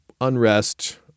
unrest